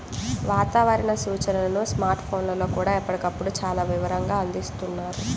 వాతావరణ సూచనలను స్మార్ట్ ఫోన్లల్లో కూడా ఎప్పటికప్పుడు చాలా వివరంగా అందిస్తున్నారు